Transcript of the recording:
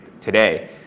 today